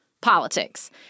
politics